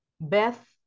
Beth